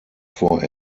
vor